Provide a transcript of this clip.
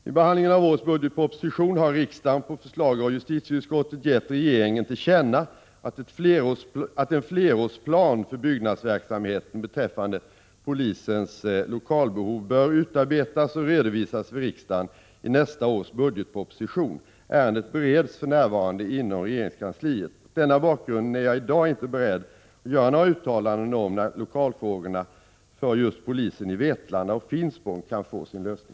Vid behandlingen av årets budgetproposition har riksdagen, på förslag av justitieutskottet, gett regeringen till känna att en flerårsplan för byggnadsverksamheten beträffande polisens lokalbehov bör utarbetas och redovisas för riksdagen i nästa års budgetproposition. Ärendet bereds för närvarande inom regeringskansliet. Mot denna bakgrund är jag i dag inte beredd att göra några uttalanden om när lokalfrågorna för polisen i Vetlanda och Finspång kan få sin lösning.